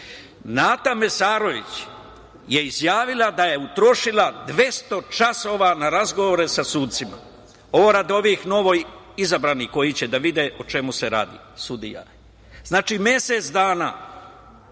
Nata Mesarović je izjavila da je utrošila 200 časova na razgovore sa sudcima. Ovo radi ovih novoizabranih sudija koji će da vide o čemu se radi. Znači, mesec dana.